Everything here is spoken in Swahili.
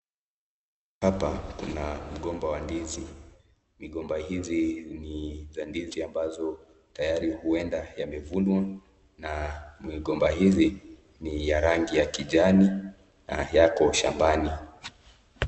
Hapa kuna mgomba wa ndizi. Migomba hizi ni za ndizi ambazo tayari huenda yamevunwa na migomba hizi ni za rangi ya kijani na yako shambani.